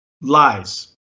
lies